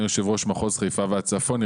יושב ראש מחוז חיפה והצפון,